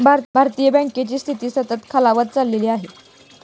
भारतीय बँकांची स्थिती सतत खालावत चालली आहे